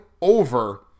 over